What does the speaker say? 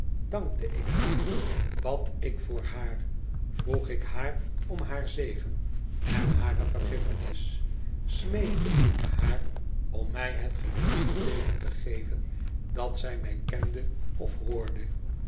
dankte ik haar bad ik voor haar vroeg ik haar om haar zegen en hare vergiffenis smeekte ik haar om mij het geringste teeken te geven dat zij mij kende of hoorde